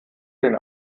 den